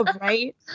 right